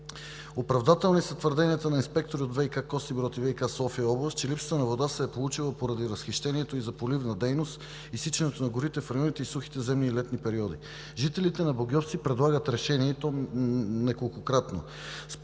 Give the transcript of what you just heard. Оправдателни са твърденията на инспектори от ВиК – Костинброд, и ВиК – София област, че липсата на вода се е получила поради разхищението ѝ за поливна дейност, изсичането на горите в районите и сухите зимни и летни периоди. Жителите на Богьовци предлагат решение, и то неколкократно